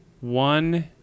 one